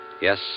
Yes